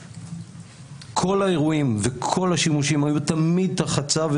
כל האירועים וכל השימושים היו תמיד תחת צו,